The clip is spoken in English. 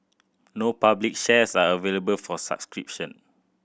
no public shares are available for